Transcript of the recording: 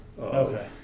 Okay